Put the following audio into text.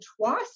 twice